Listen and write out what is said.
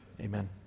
Amen